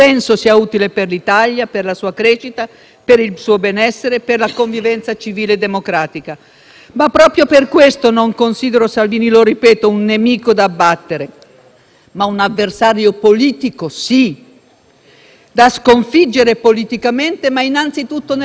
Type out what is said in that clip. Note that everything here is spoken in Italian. Ma proprio per questo non considero Salvini, lo ripeto, un nemico da abbattere, ma un avversario politico sì, da sconfiggere politicamente ma, innanzitutto, nel Paese. Io voglio sgombrare questa discussione dai toni del confronto partitico politico